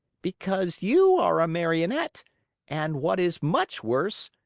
because you are a marionette and, what is much worse,